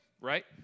right